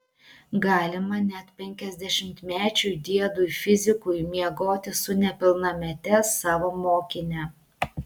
galima net penkiasdešimtmečiui diedui fizikui miegoti su nepilnamete savo mokine